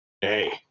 hey